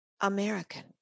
American